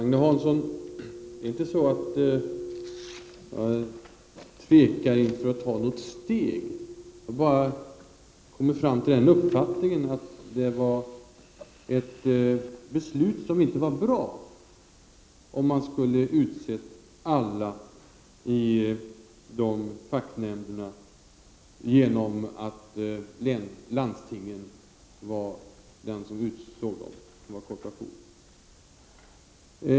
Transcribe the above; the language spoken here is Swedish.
Herr talman! Det är inte så, Agne Hansson, att jag tvekar inför att ta något steg. Jag har kommit fram till att det inte skulle vara något bra beslut att låta landstingen utse alla i facknämnderna. Jag menar att det är ganska vik — Prot.